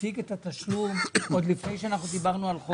הפסיק את התשלום עוד לפני שאנחנו דיברנו על חוק.